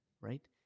Right